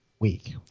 week